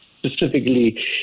Specifically